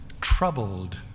troubled